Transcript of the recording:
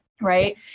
right